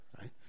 right